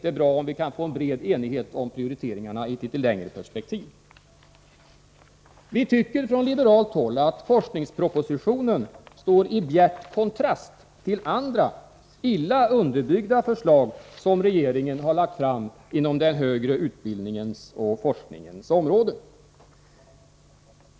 Det är bra om vi kan få en bred enighet om prioriteringarna i ett litet längre perspektiv. Vi tycker på liberalt håll att forskningspropositionen står i bjärt kontrast till andra, illa underbyggda, förslag som regeringen har lagt fram inom den högre utbildningens och forskningens område.